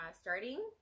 starting